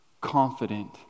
confident